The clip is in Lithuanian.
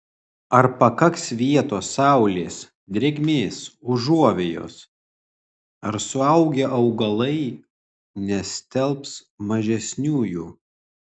ar pakaks vietos saulės drėgmės užuovėjos ar suaugę augalai nestelbs mažesniųjų